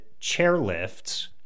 chairlifts